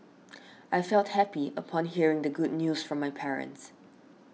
I felt happy upon hearing the good news from my parents